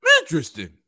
interesting